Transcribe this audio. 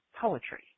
poetry